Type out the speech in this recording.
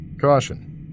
Caution